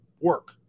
work